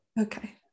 Okay